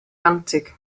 ranzig